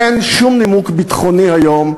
אין שום נימוק ביטחוני היום,